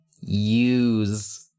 use